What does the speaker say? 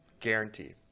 guaranteed